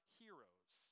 heroes